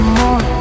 more